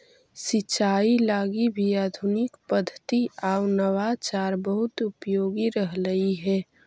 सिंचाई लगी भी आधुनिक पद्धति आउ नवाचार बहुत उपयोगी रहलई हे